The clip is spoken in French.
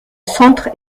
centre